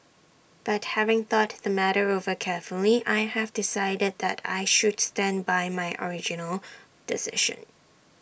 but having thought the matter over carefully I have decided that I should stand by my original decision